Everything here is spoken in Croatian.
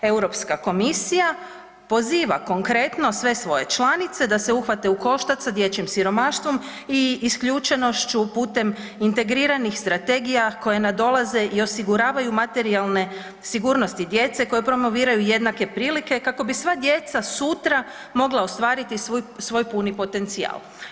EU komisija poziva, konkretno sve svoje članice da se uhvate u koštac sa dječjim siromaštvom i isključenošću putem integriranih strategija koje nadolaze i osiguravaju materijalne sigurnosti djece koje promoviraju jednake prilike kako bi sva djeca sutra mogla ostvariti svoj puni potencijal.